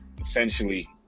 Essentially